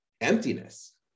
emptiness